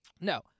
No